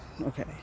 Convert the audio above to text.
Okay